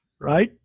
Right